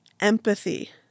empathy